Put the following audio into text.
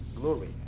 Glory